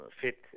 fit